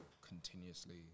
continuously